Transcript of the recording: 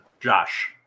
Josh